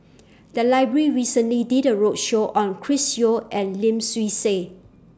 The Library recently did A roadshow on Chris Yeo and Lim Swee Say